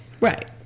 Right